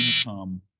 income